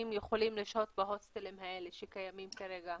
יכולים לשהות בהוסטלים האלה שקיימים כרגע?